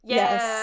yes